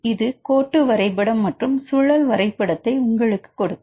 இது கோட்டு வரைபடம் மற்றும் சுழல் வரைபடத்தை உங்களுக்குக் கொடுக்கும்